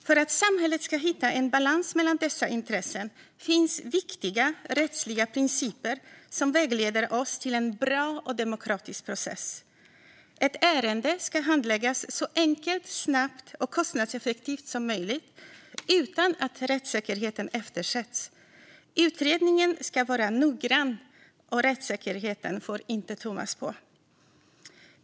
För att samhället ska hitta en balans mellan dessa intressen finns viktiga rättsliga principer som vägleder oss till en bra och demokratisk process. Ett ärende ska handläggas så enkelt, snabbt och kostnadseffektivt som möjligt utan att rättssäkerheten eftersätts. Utredningen ska vara noggrann, och rättssäkerheten får inte tummas på.